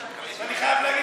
ואני חייב להגיד,